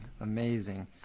amazing